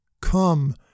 Come